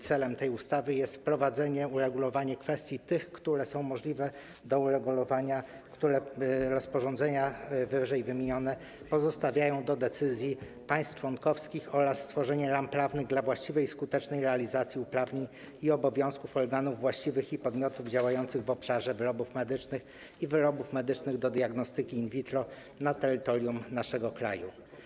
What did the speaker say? Celem tej ustawy jest wprowadzenie i uregulowanie kwestii, które są możliwe do uregulowania, które ww. rozporządzenia pozostawiają do decyzji państw członkowskich, oraz stworzenie ram prawnych dla właściwej i skutecznej realizacji uprawnień i obowiązków właściwych organów i podmiotów działających w obszarze wyrobów medycznych i wyrobów medycznych do diagnostyki in vitro na terytorium naszego kraju.